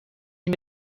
این